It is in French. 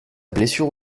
blessure